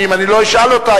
שאם אני לא אשאל אותה,